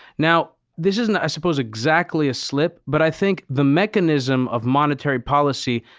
now, this isn't i suppose, exactly a slip, but i think the mechanism of monetary policy,